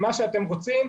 מה שאתם רוצים,